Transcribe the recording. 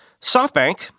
SoftBank